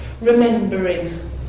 remembering